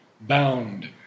bound